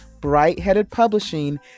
brightheadedpublishing